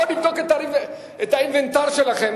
בוא נבדוק את האינוונטר שלכם,